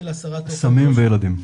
סמים וילדים.